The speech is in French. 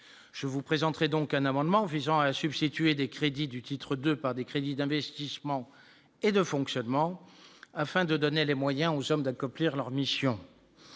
je vous présenterai donc un amendement visant à substituer des crédits du titre de par des crédits d'investissement et de fonctionnement afin de donner les moyens aux hommes de copieur leur mission,